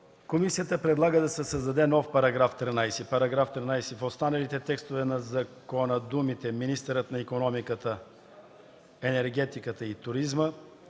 Комисията предлага да се създаде нов § 13: „§ 13. В останалите текстове на закона думите „министърът на икономиката, енергетиката и туризма”,